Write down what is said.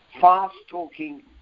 fast-talking